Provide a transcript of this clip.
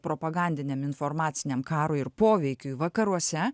propagandiniam informaciniam karui ir poveikiui vakaruose